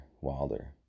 Wilder